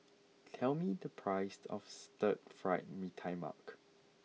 tell me the price of Stir Fried Mee Tai Mak